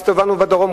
הסתובבנו בדרום,